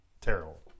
Terrible